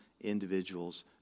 individuals